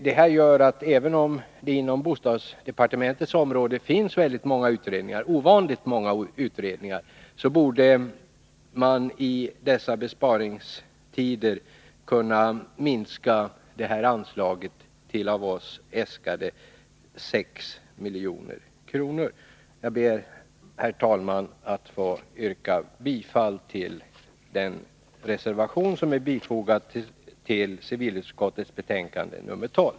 Detta gör att man, även om det inom bostadsdepartementets område finns ovanligt många utredningar, i dessa besparingstider borde minska anslaget till av oss äskade 6 milj.kr. Jag ber, herr talman, att få yrka bifall till den reservation som är fogad till civilutskottets betänkande nr 12.